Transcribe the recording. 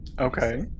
Okay